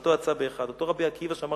שנשמתו יצאה באחד" אותו רבי עקיבא שאמר